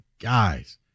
guys